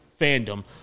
fandom